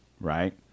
right